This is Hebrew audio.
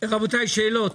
רבותיי, שאלות?